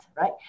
right